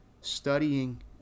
studying